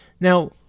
Now